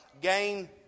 gain